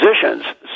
positions